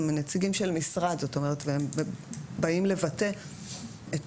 הם נציגים של משרד והם באים לבטא את